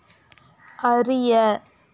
அறிய